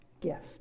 gift